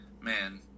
man